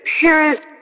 parents